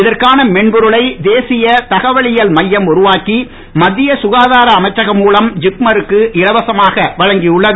இதற்கான மென்பொருளை தேசிய தகவலியல் மையம் உருவாக்கி மத்திய ககாதார அமைச்சகம் மூலம் ஜிப்மருக்கு இலவசமாக வழங்கியுள்ளது